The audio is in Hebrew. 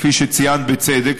כפי שציינת בצדק,